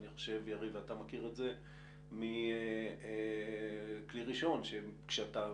יריב, אתה מכיר את זה מכלי ראשון, שכשאתה